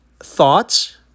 Thoughts